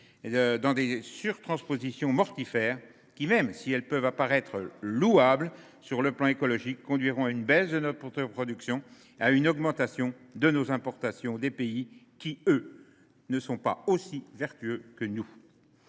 dans des surtranspositions mortifères qui, si elles peuvent apparaître louables sur le plan écologique, conduiront à une baisse de notre production et à une augmentation de nos importations en provenance de pays qui ne sont pas aussi vertueux que le